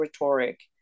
rhetoric